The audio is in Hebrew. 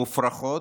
מופרכות.